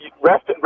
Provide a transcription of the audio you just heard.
Rest